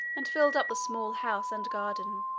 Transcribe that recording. and filled up the small house and garden.